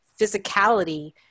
physicality